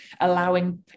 allowing